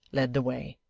led the way.